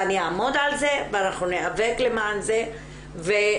ואני אעמוד על זה ואנחנו ניאבק למען זה ולא